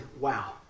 wow